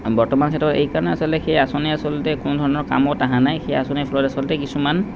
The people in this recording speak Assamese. বৰ্তমান ক্ষেত্ৰত এই কাৰণে আচলতে সেই আঁচনি আচলতে কোনো ধৰণৰ কামত অহা নাই সেই আঁচনি ফলত আচলতে কিছুমান